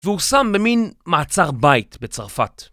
והוא שם במין מעצר בית בצרפת.